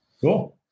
Cool